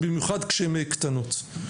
במיוחד כשהן קטנות.